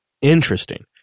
interesting